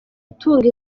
atunga